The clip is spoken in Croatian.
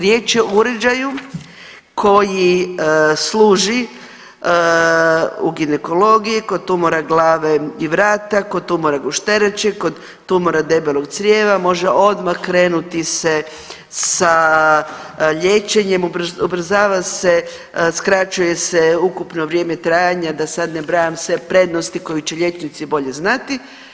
Riječ je o uređaju koji služi u ginekologiji kod tumora glave i vrata, kod tumora gušterače, kod tumora debelog crijeva može odmah krenuti se sa liječenjem, ubrzava se, skraćuje se ukupno vrijeme trajanja da sad ne brajam sve prednosti koje će liječnici bolje znati.